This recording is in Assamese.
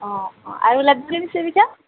অ আৰু লাগিব পিঠা